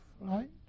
Right